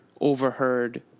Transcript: overheard